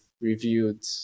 reviewed